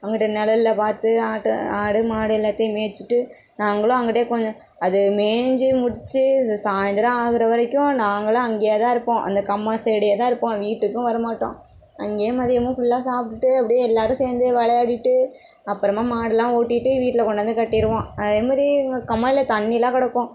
அங்கிட்டு நிலல்ல பார்த்து ஆட்டை ஆடு மாடு எல்லாத்தையும் மேய்ச்சிட்டு நாங்களும் அங்கிட்டு கொஞ்சம் அது மேஞ்சு முடிச்சு சாய்ந்தரம் ஆகுற வரைக்கும் நாங்களும் அங்கேதான் இருப்போம் அந்த கம்மா சைடேதான் இருப்போம் வீட்டுக்கும் வர மாட்டோம் அங்கே மதியமும் ஃபுல்லா சாப்பிட்டுட்டு அப்படே எல்லாரும் சேர்ந்து விளையாடிட்டு அப்புறமா மாடெலாம் ஓட்டிட்டு வீட்டில கொண்டாந்து கட்டிடுவோம் அதேமாதிரி எங்கள் கம்மாயில் தண்ணியெலாம் கிடக்கும்